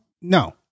No